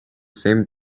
same